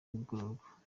kugororwa